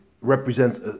represents